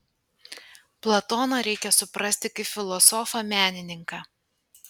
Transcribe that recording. platoną reikia suprasti kaip filosofą menininką